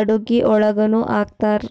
ಅಡುಗಿ ಒಳಗನು ಹಾಕ್ತಾರ್